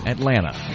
Atlanta